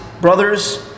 brothers